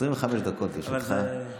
25 דקות לרשותך.